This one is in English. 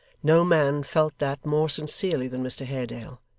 no man felt that more sincerely than mr haredale.